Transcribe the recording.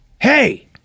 hey